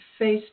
Facebook